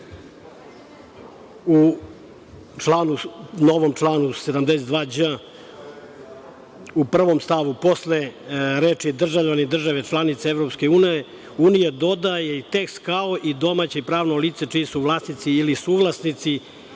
u novom članu 72.đ. u prvom stavu, posle reči – državljani države članice EU dodaje tekst – kao i domaće pravno lice čiji su vlasnici ili suvlasnici